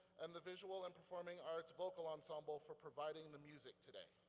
and the visual and performing arts vocal ensemble for providing the music today.